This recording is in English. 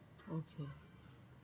okay